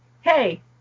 hey